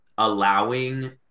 Allowing